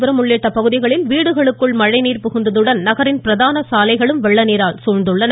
புரம் உள்ளிட்ட பகுதிகளில் வீடுகளுக்குள் மழைநீர் புகுந்ததுடன் நகரின் பிரதான சாலைகளும் வெள்ளநீரால் சூழ்ந்துள்ளன